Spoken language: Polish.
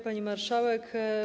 Pani Marszałek!